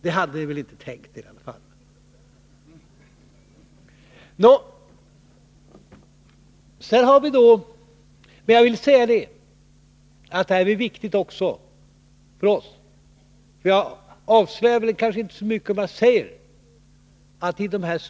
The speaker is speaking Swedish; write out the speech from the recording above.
Det hade ni väl inte tänkt er i alla fall! Men det här är viktigt också för oss. Jag avslöjar kanske inte så mycket om jag säger att det för oss—-i dens.k.